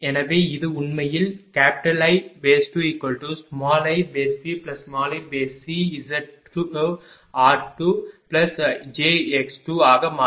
எனவே இது உண்மையில் I2iBiC Z2 r2jx2 ஆக மாறும்